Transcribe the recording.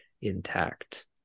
intact